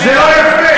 וזה לא יפה.